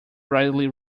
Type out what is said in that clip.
widely